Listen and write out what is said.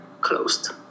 closed